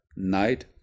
night